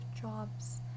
Jobs